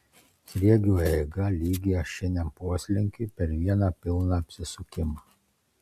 sriegio eiga lygi ašiniam poslinkiui per vieną pilną apsisukimą